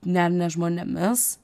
net ne žmonėmis